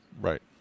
Right